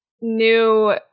new